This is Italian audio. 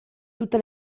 tutte